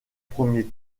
premier